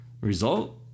Result